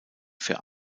für